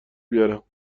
بیارم